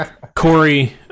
Corey